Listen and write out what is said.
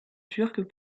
turc